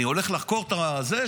אני הולך לחקור את הזה?